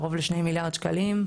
של קרוב ל-2 מיליארד שקלים.